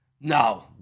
no